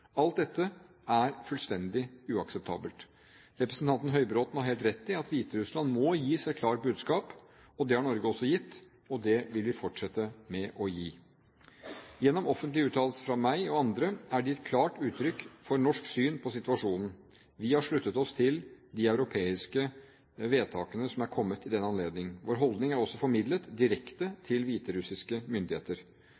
Alt dette er fullstendig uakseptabelt. Representanten Høybråten har helt rett i at Hviterussland må gis et klart budskap. Det har Norge også gitt, og det vil vi fortsette med å gi. Gjennom offentlige uttalelser fra meg og andre er det gitt klart uttrykk for norsk syn på situasjonen. Vi har sluttet oss til de europeiske vedtakene som er kommet i den anledning. Vår holdning er også formidlet direkte